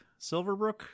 Silverbrook